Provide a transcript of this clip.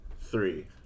Three